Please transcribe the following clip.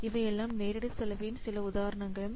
இவை எல்லாம் நேரடி செலவின் சில உதாரணங்கள் ஏன்